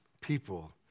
people